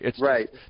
Right